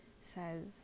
says